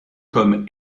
comme